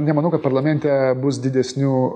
nemanau kad parlamente bus didesnių